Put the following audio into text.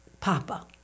Papa